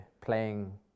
playing